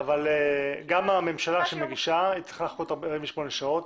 אבל גם הממשלה שמגישה צריכה לחכות 48 שעות.